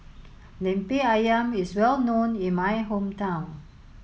Lemper Ayam is well known in my hometown